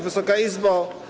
Wysoka Izbo!